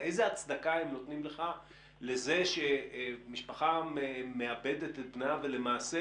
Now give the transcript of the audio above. איזו הצדקה הם נותנים לך לזה שמשפחה מאבדת את בנה ולמעשה